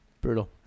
brutal